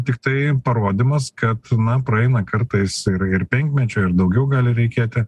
tiktai parodymas kad na praeina kartais ir ir penkmečio ir daugiau gali reikėti